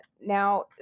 Now